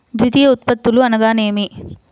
ద్వితీయ ఉత్పత్తులు అనగా నేమి?